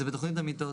זה במהלך השנים 2018